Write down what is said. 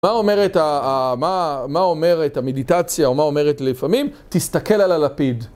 מה אומרת המדיטציה, או מה אומרת לפעמים, תסתכל על הלפיד.